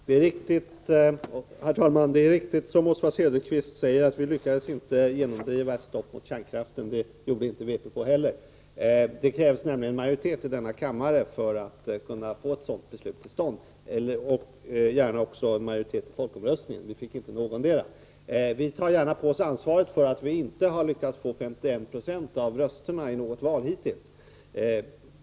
Herr talman! Det är riktigt, som Oswald Söderqvist säger, att vi inte lyckades genomdriva ett stopp mot kärnkraften. Det gjorde inte vpk heller. Det krävdes nämligen majoritet i denna kammare eller majoritet i folkomröstningen för att vi skulle få till stånd ett sådant beslut. Vi fick dock ingen majoritet. Vi tar gärna på oss ansvaret för att vi inte har lyckats få 51 96 av rösterna i något val hittills.